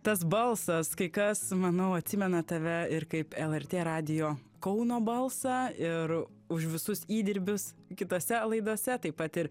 tas balsas kai kas manau atsimena tave ir kaip lrt radijo kauno balsą ir už visus įdirbius kitose laidose taip pat ir